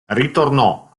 ritornò